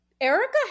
erica